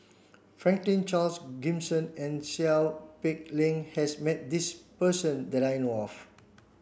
Franklin Charles Gimson and Seow Peck Leng has met this person that I know of